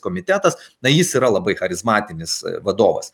komitetas na jis yra labai charizmatinis vadovas